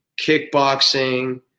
kickboxing